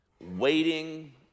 waiting